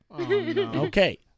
Okay